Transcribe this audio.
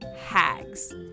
HAGS